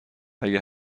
اگه